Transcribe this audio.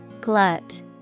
Glut